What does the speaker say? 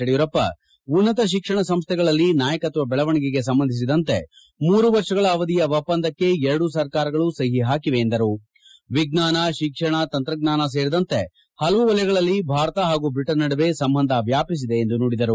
ಯಡಿಯೂರಪ್ಪ ಉನ್ನತ ಶಿಕ್ಷಣ ಸಂಸ್ಥೆಗಳಲ್ಲಿ ನಾಯಕತ್ವ ಬೆಳವಣಿಗೆ ಸಂಬಂಧಿಸಿದಂತೆ ಮೂರು ವರ್ಷಗಳ ಅವಧಿಯ ಒಪ್ಪಂದಕ್ಕೆ ಎರಡೂ ಸರ್ಕಾರಗಳು ಸಹಿ ಹಾಕಿವೆ ಎಂದರು ವಿಜ್ಞಾನ ಶಿಕ್ಷಣ ತಂತ್ರಜ್ಞಾನ ಸೇರಿದಂತೆ ಹಲವು ವಲಯಗಳಲ್ಲಿ ಭಾರತ ಹಾಗೂ ಬ್ರಿಟನ್ ನಡುವೆ ಸಂಬಂಧ ವ್ಯಾಪಿಸಿದೆ ಎಂದು ನುಡಿದರು